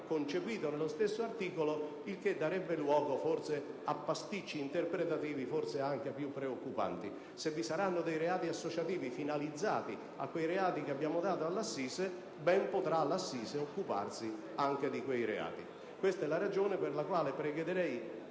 concepito nello stesso articolo, il che darebbe luogo a pasticci interpretativi forse anche più preoccupanti. Se vi saranno reati associativi finalizzati a quei reati che abbiamo trasferito alla corte d'assise, ben potrà quest'ultima occuparsi anche di quei reati. Questa è la ragione per la quale pregherei